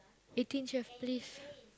Eighteen-Chef please